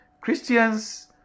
Christians